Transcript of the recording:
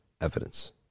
evidence